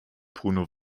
bruno